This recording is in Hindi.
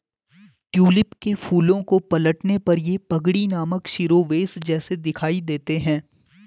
ट्यूलिप के फूलों को पलटने पर ये पगड़ी नामक शिरोवेश जैसे दिखाई देते हैं